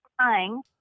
crying